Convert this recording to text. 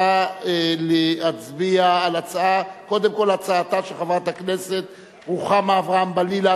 נא להצביע קודם כול על הצעתה של חברת הכנסת רוחמה אברהם-בלילא,